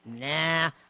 Nah